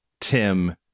Tim